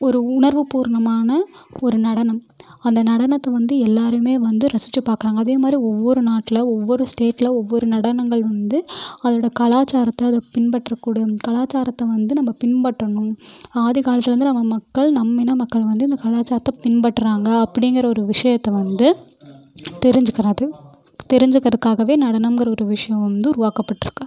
ஒரு உணர்வு பூர்வமான ஒரு நடனம் அந்த நடனத்தை வந்து எல்லாேருமே வந்து ரசிச்சு பார்க்கறாங்க அதே மாதிரி ஒவ்வொரு நாட்டில் ஒவ்வொரு ஸ்டேட்டில் ஒவ்வொரு நடனங்கள் வந்து அதோட கலாச்சாரத்தை அது பின்பற்றக்கூடிய அந்த கலாச்சாரத்தை வந்து நம்ம பின்பற்றணும் ஆதி காலத்திலந்தே நம்ம மக்கள் நம் இனமக்கள் வந்து இந்த கலாச்சாரத்தை பின்பற்றுகிறாங்க அப்படிங்கிற ஒரு விஷயத்த வந்து தெரிஞ்சுக்கிறது தெரிஞ்சுக்கிறக்காகவே நடனம்கிற ஒரு விஷயம் வந்து உருவாக்கப்பட்டிருக்கு